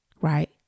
right